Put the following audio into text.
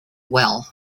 well